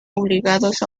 obligados